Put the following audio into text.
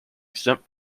exempt